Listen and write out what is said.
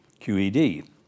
QED